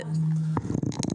הדובר הבא.